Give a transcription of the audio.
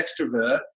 extrovert